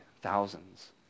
thousands